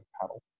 paddle